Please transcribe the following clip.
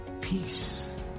peace